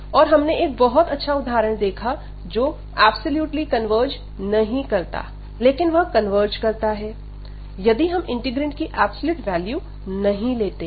और हमने एक बहुत अच्छा उदाहरण देखा जो एब्सोल्यूटली कन्वर्ज नहीं करता लेकिन वह कन्वर्ज करता है यदि हम इंटीग्रैंड की एब्सोल्यूट वैल्यू नहीं लेते हैं